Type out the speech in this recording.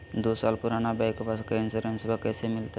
दू साल पुराना बाइकबा के इंसोरेंसबा कैसे मिलते?